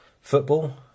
Football